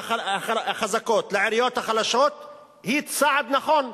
החזקות לעיריות החלשות היא צעד נכון,